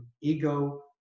ego